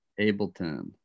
Ableton